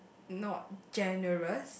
not generous